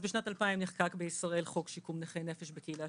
בשנת 2000 נחקק בישראל חוק שיקום נכי נפש בקהילה,